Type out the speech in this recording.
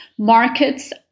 markets